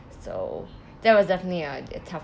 so that was definitely a a tough